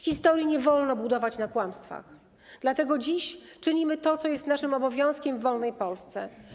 Historii nie wolno budować na kłamstwach, dlatego dziś czynimy to, co jest naszym obowiązkiem w wolnej Polsce.